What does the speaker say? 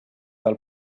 del